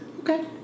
Okay